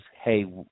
hey